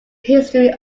history